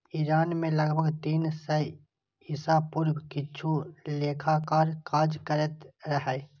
Iran मे लगभग तीन सय ईसा पूर्व किछु लेखाकार काज करैत रहै